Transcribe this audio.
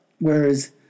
Whereas